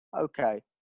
okay